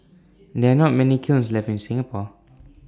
there are not many kilns left in Singapore